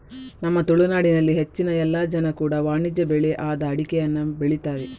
ನಮ್ಮ ತುಳುನಾಡಿನಲ್ಲಿ ಹೆಚ್ಚಿನ ಎಲ್ಲ ಜನ ಕೂಡಾ ವಾಣಿಜ್ಯ ಬೆಳೆ ಆದ ಅಡಿಕೆಯನ್ನ ಬೆಳೀತಾರೆ